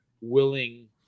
willing